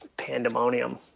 Pandemonium